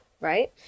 Right